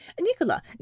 Nicola